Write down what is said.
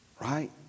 Right